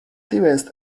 dearest